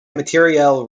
materiel